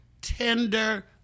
tender